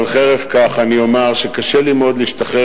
אבל חרף כך אני אומר שקשה לי מאוד להשתחרר